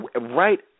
Right